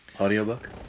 Audiobook